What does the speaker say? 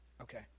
Okay